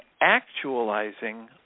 actualizing